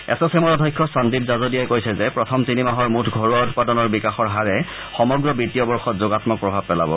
এছ'চেমৰ অধ্যক্ষ সন্দীপ জাজদিয়াই কৈছে যে প্ৰথম তিনিমাহৰ মুঠ ঘৰুৱা উৎপাদনৰ বিকাশৰ হাৰে সমগ্ৰ বিত্তীয় বৰ্যত যোগাম্মক প্ৰভাৱ পেলাব